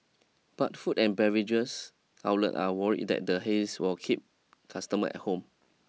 but food and beverages outlets are worried that the haze will keep customers at home